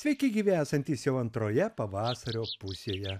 sveiki gyvi esantys jau antroje pavasario pusėje